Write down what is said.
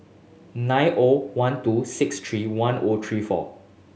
nine O one two six three one O three four